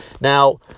Now